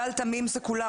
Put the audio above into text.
גל תמים סיקולר,